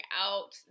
out